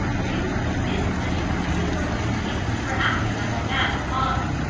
you were convinced that you were doing your duty and that you were acting like a man of honour.